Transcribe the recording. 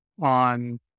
on